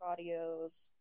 audios